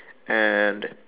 and